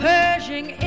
Pershing